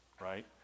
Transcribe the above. right